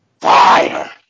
Fire